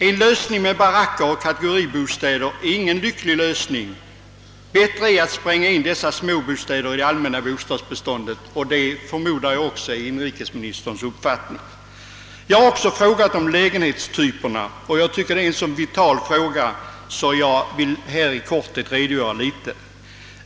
Byggandet av baracker och kategoribostäder är ingen lycklig lösning; bättre är att spränga in dessa småbostäder i det allmänna bostadsbeståndet, och jag förmodar att det också är inrikesministerns uppfattning. Min interpellation rörde även lägenhetstyperna, och jag tycker att det är en så vital fråga att jag i korthet vill redogöra litet för den.